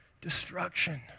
destruction